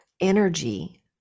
energy